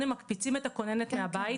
מקפיצים את העובדת הסוציאלית הכוננית מהבית,